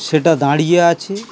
সেটা দাঁড়িয়ে আছে